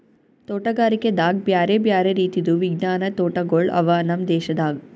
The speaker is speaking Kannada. ತೋಟಗಾರಿಕೆದಾಗ್ ಬ್ಯಾರೆ ಬ್ಯಾರೆ ರೀತಿದು ವಿಜ್ಞಾನದ್ ತೋಟಗೊಳ್ ಅವಾ ನಮ್ ದೇಶದಾಗ್